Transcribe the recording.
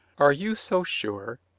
are you so sure?